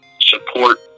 support